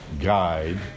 guide